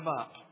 up